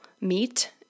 Meet